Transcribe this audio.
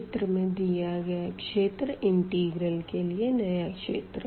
चित्र में दिया गया क्षेत्र इंटिग्रल के लिए नया क्षेत्र है